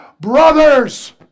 brothers